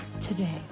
today